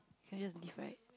so I just leave right